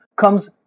comes